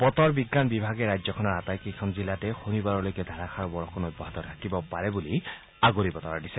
বতৰ বিজ্ঞান বিভাগে ৰাজ্যখনৰ আটাইকেইখন জিলাতেই শনিবাৰলৈকে ধাৰাসাৰ বৰষুণ অব্যাহত থাকিব পাৰে বুলি আগলি বতৰা দিছে